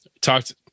talked